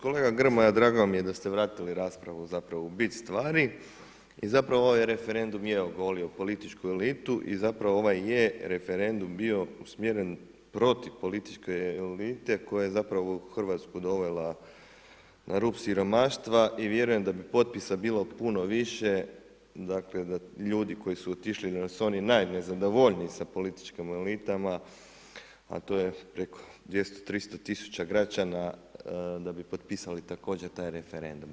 Kolega Grmoja drago mi je da ste vratili raspravu zapravo u bit stvari i zapravo ovaj referendum je ogolio političku elitu i zapravo ova je referendum bio usmjeren protiv političke elite koja je zapravo Hrvatsku dovela na rub siromaštva i vjerujem da bi potpisa bilo puno više, ljudi koji su otišli jer su oni najnezadovoljniji sa političkim elitama, a to je preko 200, 300 tisuća građana da bi potpisali također taj referendum.